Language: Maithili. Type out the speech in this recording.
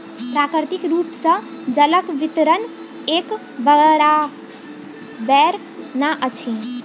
प्राकृतिक रूप सॅ जलक वितरण एक बराबैर नै अछि